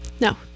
No